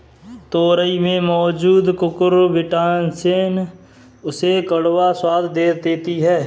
तोरई में मौजूद कुकुरबिटॉसिन उसे कड़वा स्वाद दे देती है